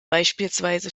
beispielsweise